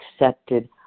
accepted